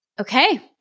Okay